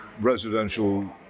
residential